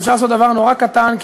שאפשר לעשות דבר נורא קטן,